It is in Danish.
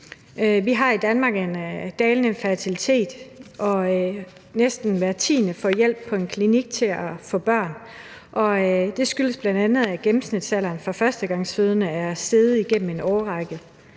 Vi har i Danmark en dalende fertilitet, og næsten hver tiende får hjælp på en klinik til at få børn. Det skyldes bl.a., at gennemsnitsalderen for førstegangsfødende er steget igennem en årrække.